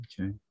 Okay